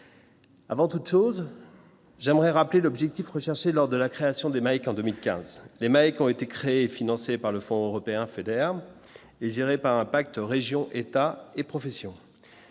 Avant toute chose. J'aimerais rappeler l'objectif recherché lors de la création des en 2015, les mecs qui ont été créés et financés par le fonds européen Feder et géré par un pacte, région, État et professions,